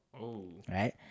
right